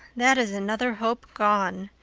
that is another hope gone.